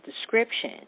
description